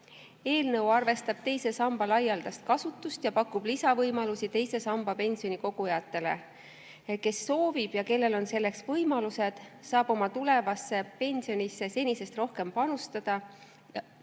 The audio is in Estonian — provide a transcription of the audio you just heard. Eelnõu arvestab teise samba laialdast kasutust ja pakub lisavõimalusi teise samba pensioni kogujatele. Kes soovib ja kellel on selleks võimalused, saab oma tulevasse pensionisse senisest rohkem panustada